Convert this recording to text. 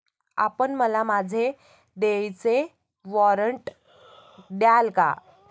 आपण मला माझे देयचे वॉरंट द्याल का?